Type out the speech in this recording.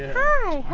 hi,